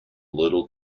little